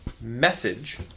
Message